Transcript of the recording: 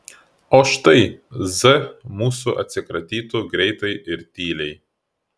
o štai z mūsų atsikratytų greitai ir tyliai